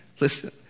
Listen